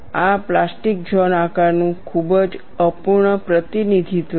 આ plastic zone આકારનું ખૂબ જ અપૂર્ણ પ્રતિનિધિત્વ છે